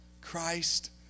Christ